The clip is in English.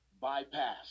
bypass